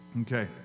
Okay